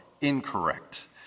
incorrect